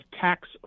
tax